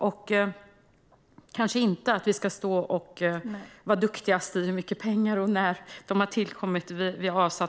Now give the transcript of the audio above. Vi kanske inte ska stå och försöka vara duktigast i fråga om hur mycket pengar vi har avsatt till sjukvården och när.